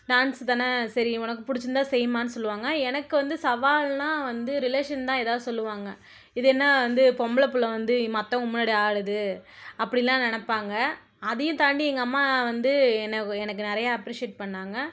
dance தான சரி உனக்கு பிடிச்சிருந்தா செய்யும்மானு சொல்லுவாங்க எனக்கு வந்து சவால்னா வந்து ரிலேஷன் தான் ஏதாவது சொல்லுவாங்க இது என்ன வந்து பொம்பள பிள்ள வந்து மற்றவங்க முன்னாடி ஆடுது அப்படிலாம் நினப்பாங்க அதையும் தாண்டி எங்கள் அம்மா வந்து என்ன எனக்கு நிறையா அப்ரிஷியேட் பண்ணிணாங்க